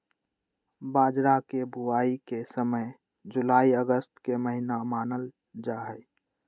बाजरा के बुवाई के समय जुलाई अगस्त के महीना मानल जाहई